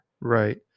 Right